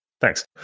Thanks